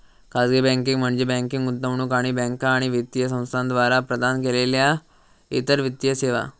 खाजगी बँकिंग म्हणजे बँकिंग, गुंतवणूक आणि बँका आणि वित्तीय संस्थांद्वारा प्रदान केलेल्यो इतर वित्तीय सेवा